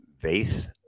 vase